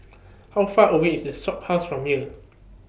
How Far away IS The Shophouse from here